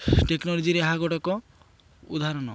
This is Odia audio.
ଟେକ୍ନୋଲୋଜିରେ ଏହା ଗୋଟିଏ ଉଦାହରଣ